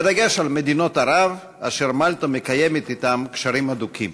בדגש על מדינות ערב אשר מלטה מקיימת אתן קשרים הדוקים.